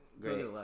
great